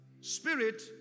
spirit